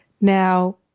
Now